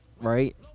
right